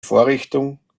vorrichtung